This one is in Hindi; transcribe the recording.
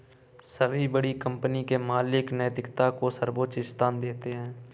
सभी बड़ी कंपनी के मालिक नैतिकता को सर्वोच्च स्थान देते हैं